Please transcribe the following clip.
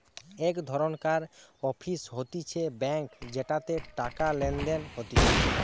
এক ধরণকার অফিস হতিছে ব্যাঙ্ক যেটাতে টাকা লেনদেন হতিছে